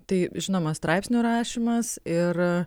tai žinoma straipsnių rašymas ir